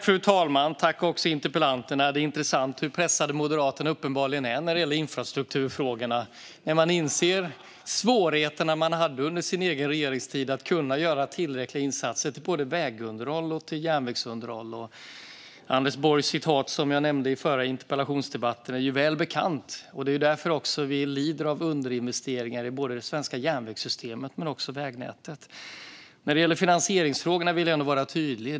Fru talman! Det är intressant hur pressade Moderaterna uppenbarligen är när det gäller infrastrukturfrågorna och när man inser svårigheterna man hade under sin egen regeringstid med att göra tillräckliga insatser för vägunderhåll och järnvägsunderhåll. Anders Borgs citat, som jag nämnde i den förra interpellationsdebatten, är ju väl bekant. Det är också därför vi lider av underinvesteringar både i det svenska järnvägssystemet och i vägnätet. När det gäller finansieringsfrågorna vill jag vara tydlig.